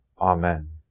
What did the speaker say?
amen